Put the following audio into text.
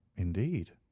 indeed!